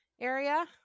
area